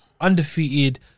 Undefeated